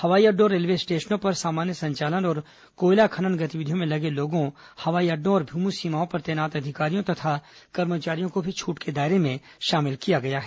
हवाई अड्डों और रेलवे स्टेशनों पर सामान संचालन और कोयला खनन गतिविधियों में लगे लोगों हवाई अड्डों और भूमि सीमाओं पर तैनात अधिकारियों और कर्मचारियों को भी छूट के दायरे में रखा गया है